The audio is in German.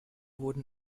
wurden